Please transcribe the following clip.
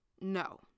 No